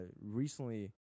recently